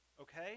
okay